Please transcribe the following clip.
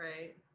Right